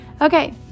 Okay